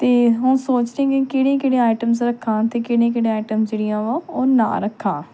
ਅਤੇ ਹੁਣ ਸੋਚ ਰਹੀ ਕਿ ਕਿਹੜੀਆਂ ਕਿਹੜੀਆਂ ਆਈਟਮਸ ਰੱਖਾਂ ਅਤੇ ਕਿਹੜੀਆਂ ਕਿਹੜੀਆਂ ਆਈਟਮਸ ਜਿਹੜੀਆਂ ਵਾ ਉਹ ਨਾ ਰੱਖਾ